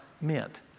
meant